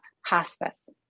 hospice